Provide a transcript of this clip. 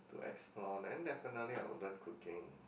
to explore then definitely I'll learn cooking